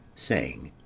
saying